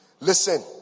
listen